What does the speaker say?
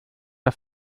der